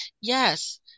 Yes